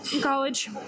college